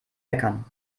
meckern